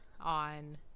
on